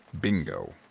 Bingo